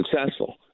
successful